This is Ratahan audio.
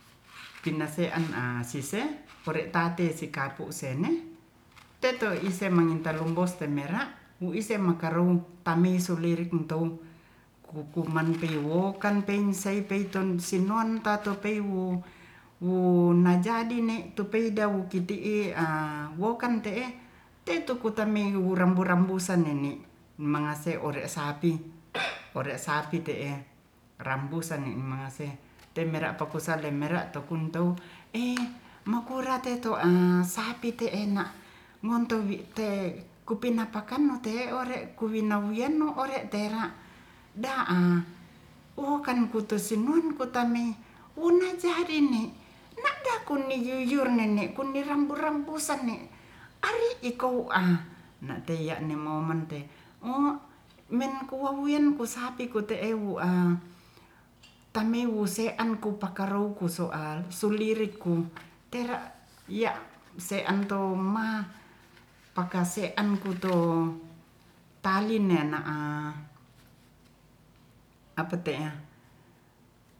pinnase'an a sise ore'tati sikapu senne tetoi ise' mangintalumboste mera' wuisemakaru tami'sulirik ntou ku'kuman piwokanpinsei peiton sinontato peiwu wunajadine tupeida wukiti'i a wokan te'e tetukotameiwurambu-rambu san nene' mangase ore'sapi te'e rambusan ne' mangase te'mera pakusalemera'tukuntou e makurate to'a sapi te'ena montowi te kupinapakanote'e ore kuwinawiyan'no ore tera' da'a ohkan kutu sinun kutame huna jadine na'da kuni yuyurnene kuni rambu-rambu sanne ari ikou'a na'tei ya'ne maumen te mo menko wawuyan ko sapi kote ewu'a tamewu se'an kupaka roukus soal sulirikku tera' ya' se'an tou ma pakasean kuto tali neya'na'a apte'a